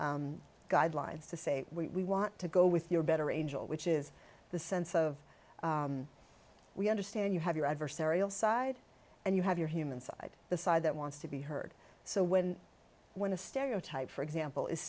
of guidelines to say we want to go with your better angel which is the sense of we understand you have your adversarial side and you have your human side the side that wants to be heard so when when a stereotype for example is